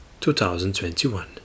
2021